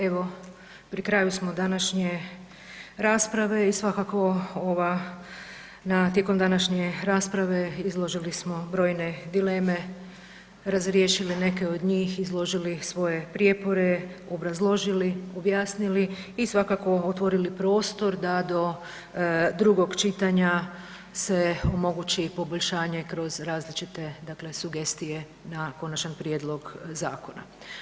Evo, pri kraju smo današnje rasprave i svakako ova na tijekom današnje rasprave izložili smo brojne dileme, razriješili neke od njih, izložili svoje prijepore, obrazložili, objasnili i svakako otvorili prostor da do drugog čitanja se omogući poboljšanje kroz različite, dakle sugestije na konačan prijedlog zakona.